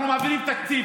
אנחנו מעבירים תקציב,